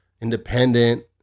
independent